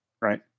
right